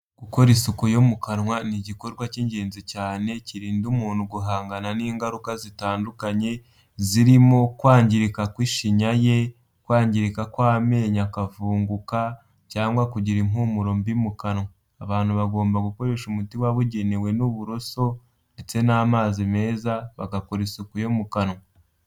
Gukora isuku yo mu kanwa ni igikorwa cy'ingenzi cyane kirinda umuntu guhangana n'ingaruka zitandukanye zirimo kwangirika kw'ishinya ye, kwangirika kw'amenyo akavunguka cyangwa kugira impumuro mbi mu kanwa. Abantu bagomba gukoresha umuti wabugenewe n'uburoso ndetse n'amazi meza bagakora isuku yo mu kanwa.